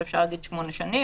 ואפשר להגיד 8 שנים,